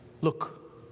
Look